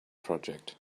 project